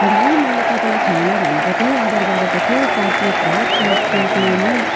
भाइ मैले तपाईँलाई खाना भनेको थिएँ अर्डर गरेको थिएँ चार प्लेट भात चार प्लेट मोमो